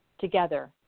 together